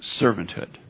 Servanthood